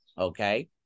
okay